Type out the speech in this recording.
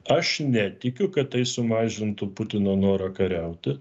aš netikiu kad tai sumažintų putino norą kariauti